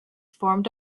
formed